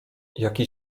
jaki